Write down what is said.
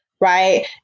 right